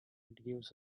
gives